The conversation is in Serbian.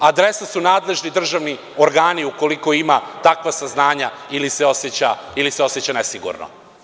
Adresa su nadležni državni organi, ukoliko ima takva saznanja ili se oseća nesigurno.